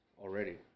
already